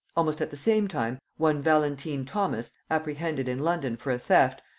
almost at the same time, one valentine thomas, apprehended in london for a theft,